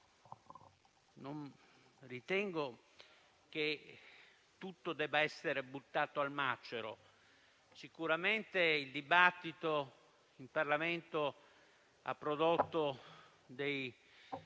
Non ritengo che tutto debba essere buttato al macero: sicuramente il dibattito in Parlamento ha prodotto